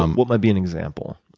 um what might be an example?